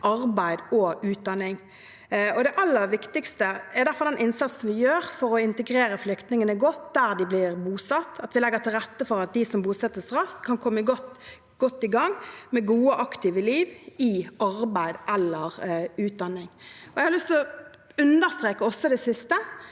arbeid og utdanning. Det aller viktigste er derfor den innsatsen vi gjør for å integrere flyktningene godt der de blir bosatt, at vi legger til rette for at de som bosettes raskt, kan komme godt i gang med et godt og aktivt liv i arbeid eller utdanning. Jeg har lyst til å understreke også det siste,